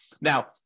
Now